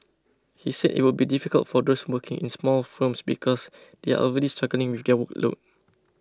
he said it would be difficult for those working in small firms because they are already struggling with their workload